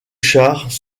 chars